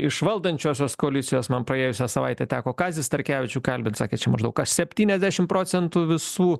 iš valdančiosios koalicijos man praėjusią savaitę teko kazį starkevičių kalbint sakė maždaug kas septyniasdešimt procentų visų